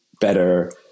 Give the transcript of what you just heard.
better